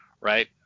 right